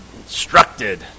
instructed